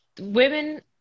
women